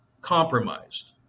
compromised